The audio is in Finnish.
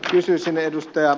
kysyisin ed